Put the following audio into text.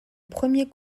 premier